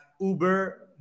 uber